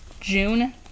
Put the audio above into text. June